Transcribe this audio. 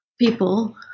people